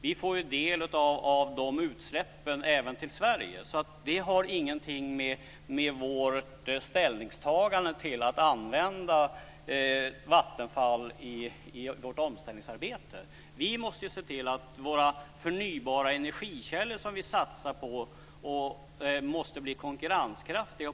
Vi får del av de utsläppen även här i Sverige, så det har ingenting att göra med vårt ställningstagande när det gäller att använda Vattenfall i vårt omställningsarbete. Vi måste ju se till att våra förnybara källor som vi satsar på blir konkurrenskraftiga.